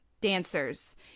dancers